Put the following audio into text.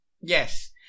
Yes